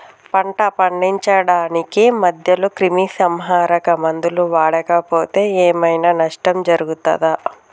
పంట పండించడానికి మధ్యలో క్రిమిసంహరక మందులు వాడకపోతే ఏం ఐనా నష్టం జరుగుతదా?